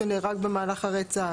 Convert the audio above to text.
שהוא נהרג במהלך הרצח.